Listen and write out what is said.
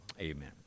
Amen